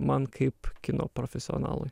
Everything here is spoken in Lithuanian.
man kaip kino profesionalui